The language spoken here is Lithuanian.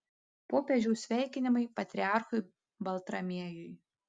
popiežiaus sveikinimai patriarchui baltramiejui